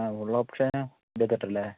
ആ full option ഇരുപത്തെട്ട് അല്ലെ